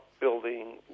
building